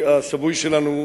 השבוי שלנו,